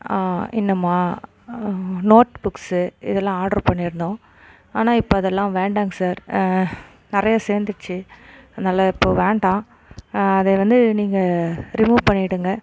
இன்னுமா note books இதெல்லாம் order பண்ணியிருந்தோம் ஆனால் இப்போ அதெல்லாம் வேண்டாங்க சார் நிறையா சேர்ந்துச்சி அதனால் இப்போது வேண்டாம் அதை வந்து நீங்கள் ரிமூவ் பண்ணிவிடுங்க